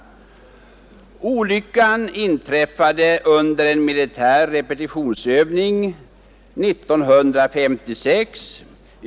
Olyckan inträffade under en militär repetitionsövning 1956.